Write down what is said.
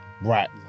Right